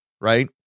right